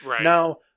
Now